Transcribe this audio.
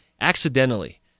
accidentally